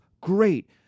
great